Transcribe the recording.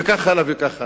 וכך הלאה וכך הלאה.